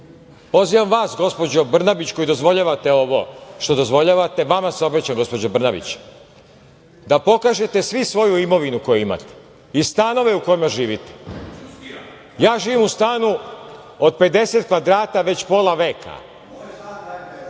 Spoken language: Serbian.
problem. Pozivam vas, gospođo Brnabić, koja dozvoljavate ovo, što dozvoljavate, vama se obraćam, gospođo Brnabić, da pokažete svi svoju imovinu koju imate i stanove u kojima živite. Ja živim u stanu od 50 kvadrata već pola veka.